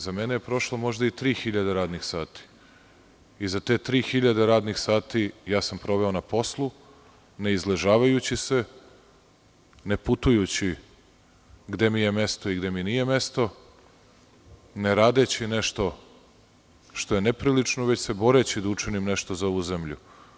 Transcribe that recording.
Za mene je prošlo možda i 3000 radnih sati i te 3000 hiljade radnih sati ja sam proveo na poslu, ne izležavajući se, ne putujući gde mi je mesto i gde mi nije mesto, ne radeći nešto što je neprilično, već se boreći da učinim nešto za ovu zemlju.